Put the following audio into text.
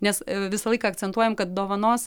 nes visą laiką akcentuojam kad dovanos